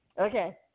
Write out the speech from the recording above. Okay